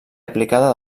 aplicada